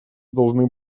должны